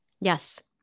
Yes